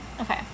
Okay